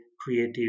creative